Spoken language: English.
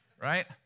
right